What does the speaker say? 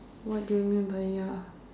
what do you mean by ya